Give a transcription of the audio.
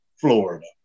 Florida